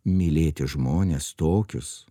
mylėti žmones tokius